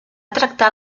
tractar